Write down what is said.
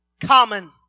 common